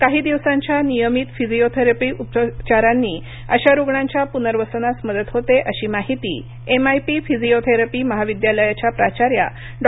काही दिवसांच्या नियमित फिजीओथेरपी उपचारांनी अशा रुग्णांच्या पुनर्वसनास मदत होते अशी माहिती एमआयपी फिजीओथेरपी महाविद्यालयाच्या प्राचार्या डॉ